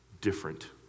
Different